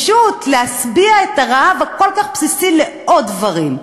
להשביע את הרעב הכל-כך בסיסי לעוד דברים.